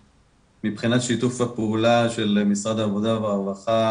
בהגדרה במשרד העבודה והרווחה,